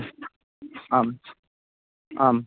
आम् आम्